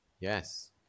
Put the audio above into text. Yes